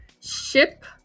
Ship